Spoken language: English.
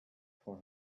for